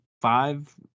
Five